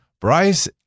Bryce